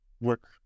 work